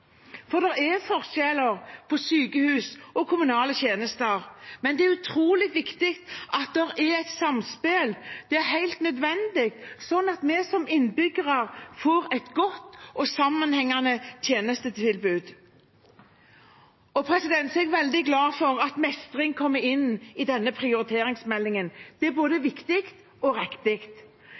er forskjeller på sykehus og kommunale tjenester, men det er utrolig viktig at det er et samspill. Det er helt nødvendig, sånn at vi som innbyggere får et godt og sammenhengende tjenestetilbud. Jeg er veldig glad for at mestring kommer inn i denne prioriteringsmeldingen. Det er både viktig og riktig.